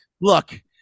look